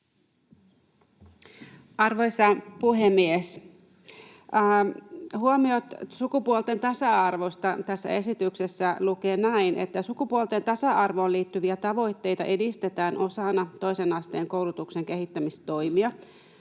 Arvoisa puhemies! Huomiot sukupuolten tasa-arvosta. Tässä esityksessä lukee näin: ”Sukupuolten tasa-arvoon liittyviä tavoitteita edistetään osana toisen asteen koulutuksen kehittämistoimia,